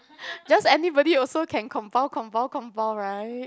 just anybody also can compound compound compound right